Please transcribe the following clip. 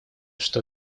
что